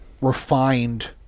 refined